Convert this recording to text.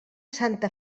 santa